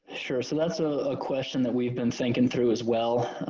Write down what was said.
sure. so that's so a question that we've been thinking through as well.